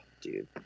dude